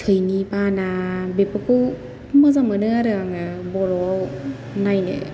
थैनि बाना बेफोरखौ मोजां मोनो आरो आङो बर'आव नायनो